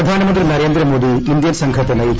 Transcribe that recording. പ്രധാനമന്ത്രി നരേന്ദ്ര മോദി ഇന്ത്യൻ സംഘത്തെ നയിക്കും